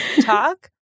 talk